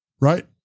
Right